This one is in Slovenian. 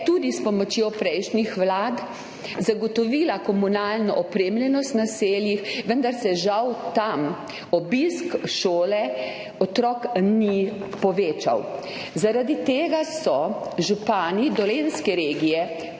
tudi s pomočjo prejšnjih vlad zagotovila komunalno opremljenost v naseljih, vendar se žal tam obisk šole otrok ni povečal. Zaradi tega so se župani dolenjske regije,